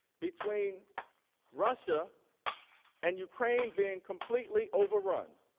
between russia and ukraine being completely overrun.